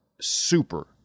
super